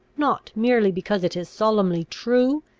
not merely because it is solemnly true,